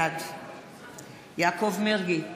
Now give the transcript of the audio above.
בעד יעקב מרגי,